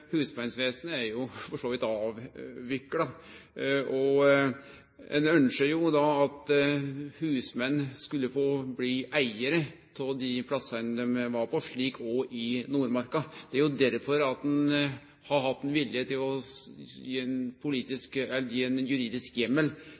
ønskjer jo at husmenn skal få bli eigarar av dei plassane dei var på, slik òg i Nordmarka. Det er jo derfor ein har hatt ein vilje til å gi ein